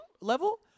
level